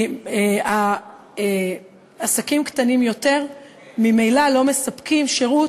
כי עסקים קטנים יותר ממילא לא מספקים שירות